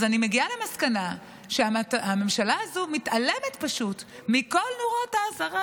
אז אני מגיעה למסקנה שהממשלה הזו מתעלמת פשוט מכל נורות האזהרה,